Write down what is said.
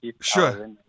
Sure